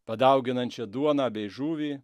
padauginančią duoną bei žuvį